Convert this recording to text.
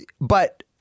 but-